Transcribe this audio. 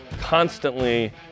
constantly